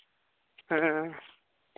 ᱦᱮᱸ